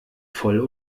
voll